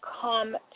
come